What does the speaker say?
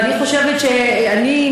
ואני חושבת שגם אני,